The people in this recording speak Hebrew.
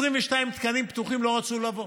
22 תקנים פתוחים, לא רצו לבוא.